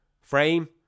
frame